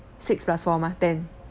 six plus four mah ten